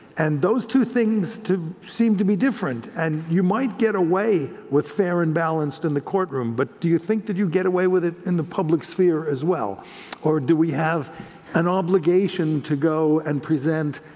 and those two things seem to be different. and you might get away with fair and balanced in the courtroom, but do you think that you get away with it in the public sphere as well or do we have an obligation to go and present,